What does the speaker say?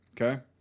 okay